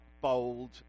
bold